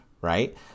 right